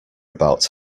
about